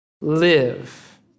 Live